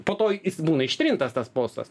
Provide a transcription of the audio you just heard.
po to jis būna ištrintas tas postas